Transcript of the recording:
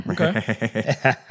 Okay